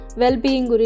well-being